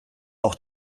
auch